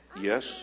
yes